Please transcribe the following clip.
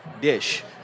dish